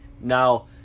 Now